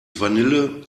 vanille